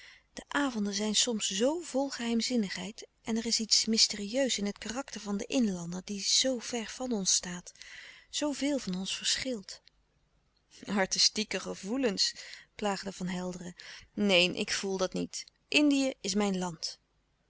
de avonden zijn soms zoo vol geheimzinnigheid en er is iets mysterieus in het louis couperus de stille kracht karakter van den inlander die zoo ver van ons staat zooveel van ons verschilt artistieke gevoelens plaagde van helderen neen ik voel dat niet indië is mijn land